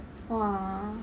!wah!